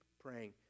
praying